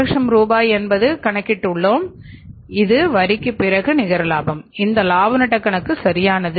100000 ரூபாய் என்று கணக்கிட்டுள்ளோம் இது வரிக்குப் பிறகு நிகர லாபம் இந்த லாப நட்டக் கணக்கு சரியானது